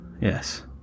yes